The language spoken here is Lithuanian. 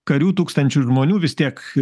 karių tūkstančiu žmonių vis tiek